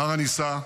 ההר הנישא,